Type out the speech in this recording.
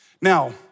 Now